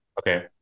Okay